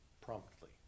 promptly